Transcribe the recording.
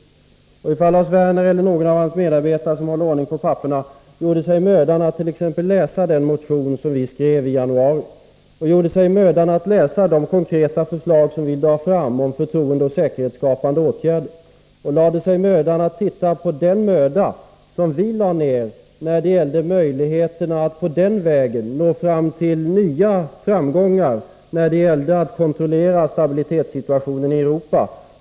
Det vore bra om Lars Werner eller någon av hans medarbetare, som håller ordning på papperen, gjorde sig mödan att läsa den motion på detta område som vi skrev i januari, samt tog del av de konkreta förslag som vi lade fram om förtroendeoch säkerhetsskapande åtgärder. Likaså vore det bra om man lade ned samma möda som vi lade ned när det gäller möjligheterna att på denna väg nå nya framgångar i fråga om att kontrollera stabilitetssituationen i Europa.